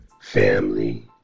Family